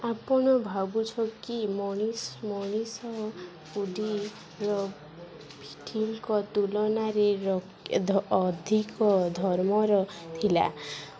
ଆପଣ ଭାବୁଛ କି ମଣିଷ ମଣିଷ କୁୁଡ଼ିର ପିଠଙ୍କ ତୁଳନାରେ ଅଧିକ ଧର୍ମର ଥିଲା